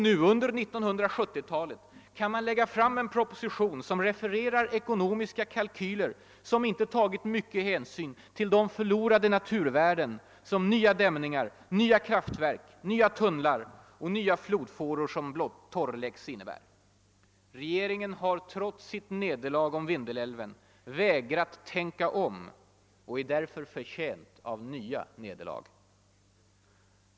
nu under 1970-talet kan man lägga fram en proposition som refererar ekonomiska kalkyler som inte tagit hänsyn till de förlorade naturvärden som nya dämningar, nya kraftverk, nya tunnlar och nya flodfåror som torrläggs innebär. Regeringen har trots sitt nederlag om Vindelälven vägrat tänka om — den är därför förtjänt av nya nederlag.